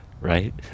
right